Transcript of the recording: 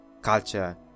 culture